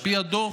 על פי הדוח,